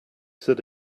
said